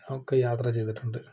ഒക്കെ യാത്ര ചെയ്തിട്ടുണ്ട്